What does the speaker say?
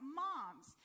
moms